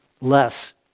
less